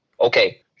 Okay